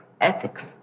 ethics